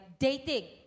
Dating